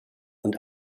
und